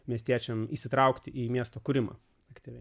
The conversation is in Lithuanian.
miestiečiams įsitraukti į miesto kūrimą aktyviai